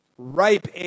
ripe